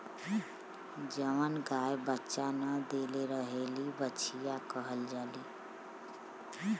जवन गाय बच्चा न देले रहेली बछिया कहल जाली